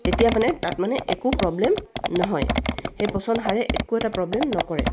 তেতিয়া মানে তাত মানে একো প্ৰব্লেম নহয় সেই পচন সাৰে একো এটা প্ৰব্লেম নকৰে